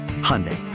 Hyundai